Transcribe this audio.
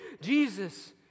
Jesus